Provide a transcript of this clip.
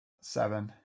Seven